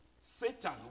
Satan